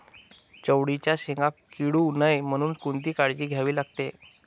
चवळीच्या शेंगा किडू नये म्हणून कोणती काळजी घ्यावी लागते?